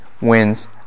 wins